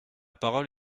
parole